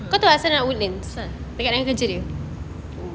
oh